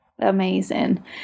Amazing